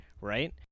Right